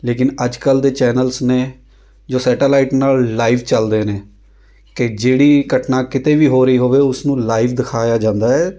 ਲੇਕਿਨ ਅੱਜ ਕੱਲ੍ਹ ਦੇ ਚੈਨਲਸ ਨੇ ਜੋ ਸੈਟਾਲਾਈਟ ਨਾਲ਼ ਲਾਈਵ ਚੱਲਦੇ ਨੇ ਕਿ ਜਿਹੜੀ ਘਟਨਾ ਕਿਤੇ ਵੀ ਹੋ ਰਹੀ ਹੋਵੇ ਉਸ ਨੂੰ ਲਾਈਵ ਦਿਖਾਇਆ ਜਾਂਦਾ ਹੈ